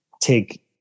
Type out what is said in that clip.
take